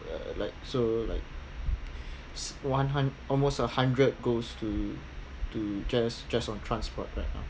like so like one hun~ almost a hundred goes to to just just on transport right now